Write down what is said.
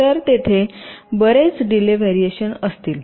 तर तेथे बरेच डीले व्हॅरिएशन असतील